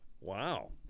Wow